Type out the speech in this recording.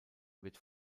wird